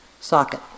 socket